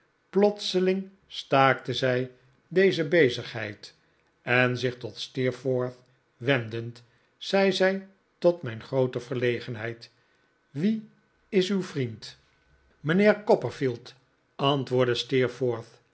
plotseling staakte zij deze bezigheid en zich tot steerforth wendend zei zij tot mijn groote verlegenheid wie is uw vriend mijnheer copperfield antwoordde